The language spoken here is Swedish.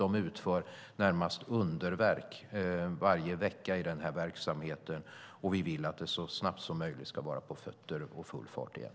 De utför närmast underverk varje vecka i verksamheten, och vi vill att den så snabbt som möjligt ska vara på fötter och i full fart igen.